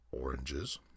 oranges